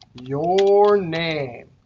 your name.